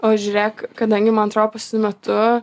o žiūrėk kadangi man atrodo paskutiniu metu